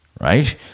right